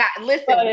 Listen